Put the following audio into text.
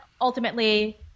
ultimately –